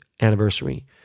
anniversary